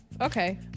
Okay